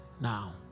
Now